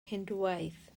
hindŵaeth